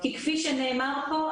כי כפי שנאמר פה,